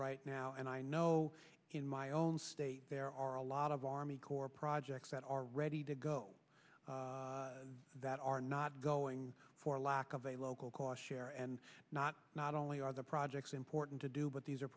right now and i know in my own state there are a lot of army corps projects that are ready to go that are not going for lack of a local cost share and not not only are the projects important to do but these are